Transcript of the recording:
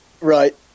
Right